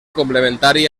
complementari